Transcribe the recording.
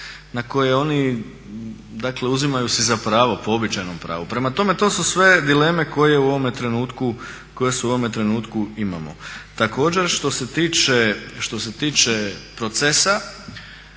ne koje oni dakle uzimaju si za pravo po običajnom pravu. Prema tome to su sve dileme koje u ovome trenutku imamo. Također što se tiče procesa,